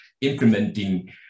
implementing